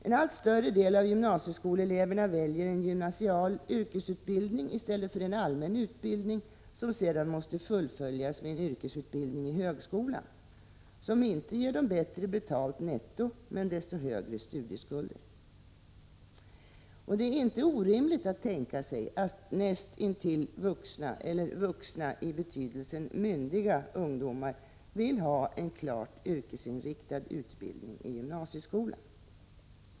En allt större del av gymnasieskoleeleverna väljer en gymnasial yrkesutbildning i stället för en allmän utbildning, som sedan måste fullföljas med en yrkesutbildning i högskolan. Denna ger dem inte bättre betalt netto men desto högre studieskulder. Det är inte orimigt att tänka sig att näst intill vuxna eller ”vuxna” i betydelsen myndiga ungdomar vill ha en klart yrkesinriktad utbildning i gymnasieskolan.